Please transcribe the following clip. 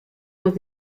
los